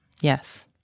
Yes